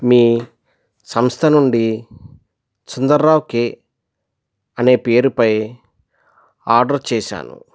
మీ సంస్థ నుండి సుందర్రావు కే అనే పేరుపై ఆర్డర్ చేసాను